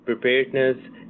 preparedness